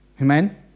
Amen